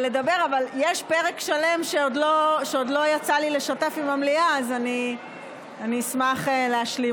נחזיר את השקט לאולם כמה שאפשר, ואז נוכל להמשיך.